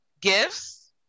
gifts